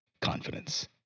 confidence